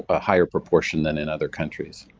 a higher proportion than in other countries.